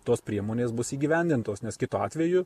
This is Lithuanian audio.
tos priemonės bus įgyvendintos nes kitu atveju